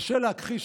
קשה להכחיש,